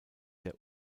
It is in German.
der